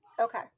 Okay